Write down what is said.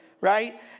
right